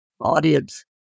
audience